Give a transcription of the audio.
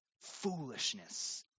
foolishness